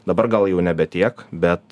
dabar gal jau nebe tiek bet